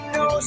no